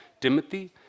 Timothy